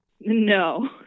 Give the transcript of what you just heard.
No